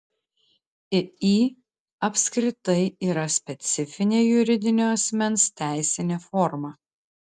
iį apskritai yra specifinė juridinio asmens teisinė forma